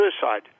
suicide